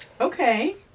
Okay